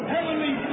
Heavenly